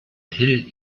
hill